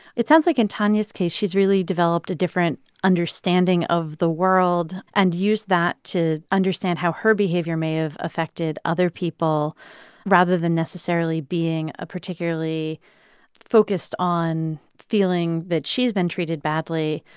it sounds like in tanya's case, she's really developed a different understanding of the world and used that to understand how her behavior may have affected other people rather than necessarily being ah particularly focused on feeling that she's been treated badly.